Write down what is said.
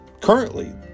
Currently